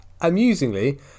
Amusingly